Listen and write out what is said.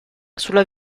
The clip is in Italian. sulla